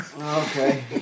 Okay